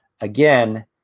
again